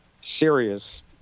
serious